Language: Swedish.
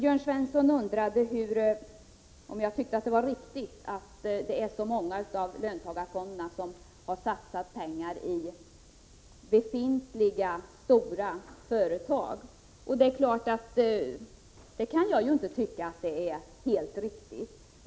Jörn Svensson undrade om jag tyckte att det var riktigt att så många av löntagarfonderna har satsat pengar i befintliga stora företag. Det är klart att jag inte tycker att det är helt riktigt.